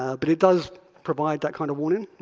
ah but it does provide that kind of warning.